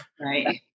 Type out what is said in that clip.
Right